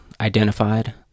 identified